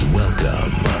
welcome